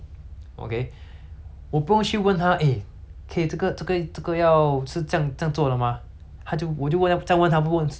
okay 这个这个这个要是这样这样做的吗他就我就问这样问他不是问很 stupid 的 question 这样不是被骂